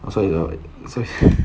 oh so you so